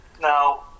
Now